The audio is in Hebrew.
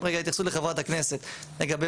לגבי